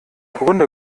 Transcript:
grunde